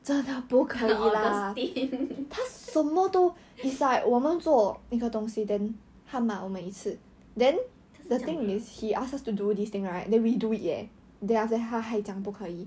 the augustine